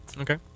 Okay